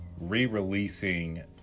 re-releasing